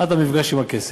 עד המפגש עם הכסף.